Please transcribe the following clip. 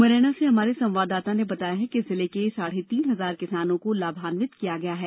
मुरैना से हमारे संवाददाता ने बताया है कि जिले के साढ़े तीन हजार किसानों को लाभान्वित किया गया है